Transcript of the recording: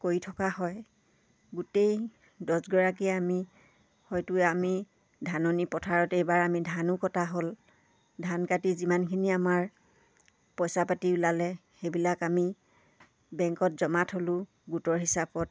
কৰি থকা হয় গোটেই দছগৰাকীয়ে আমি হয়তো আমি ধাননি পথাৰত এইবাৰ আমি ধানো কটা হ'ল ধান কাটি যিমানখিনি আমাৰ পইচা পাতি ওলালে সেইবিলাক আমি বেংকত জমা থ'লোঁ গোটৰ হিচাপত